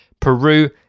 Peru